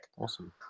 Awesome